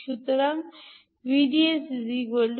সুতরাং VDSV